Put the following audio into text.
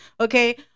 Okay